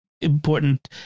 important